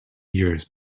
years